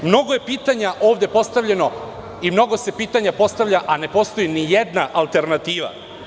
Mnogo je pitanja ovde postavljeno i mnogo se pitanje ovde postavlja, a ne postoji ni jedna alternativa.